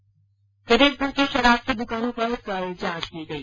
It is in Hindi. प्रदेशभर की शराब की दुकानों पर कल जांच की गई